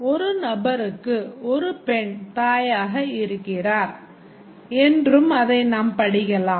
ஒரு நபருக்கு ஒரு பெண் தாயாக இருக்கிறார் என்றும் அதை நாம் படிக்கலாம்